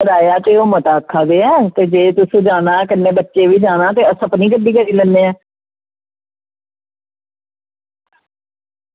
किराया ओह् मता आक्खा दे ऐ जे तुसें जाना ते अस अपनी गड्डी करी लैन्ने आं